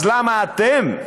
אז למה אתם,